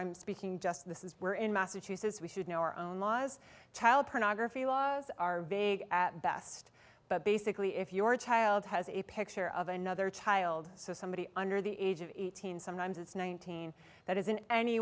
i'm speaking just this is where in massachusetts we should know our own laws child pornography laws are big at best but basically if your child has a picture of another child somebody under the age of eighteen sometimes it's nineteen that is in any